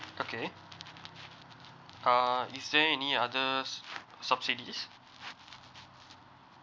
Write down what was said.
okay uh is there any other subsidies